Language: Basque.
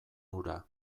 hura